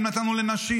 נתנו לנשים,